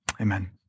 Amen